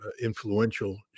influential